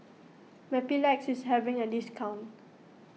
Mepilex is having a discount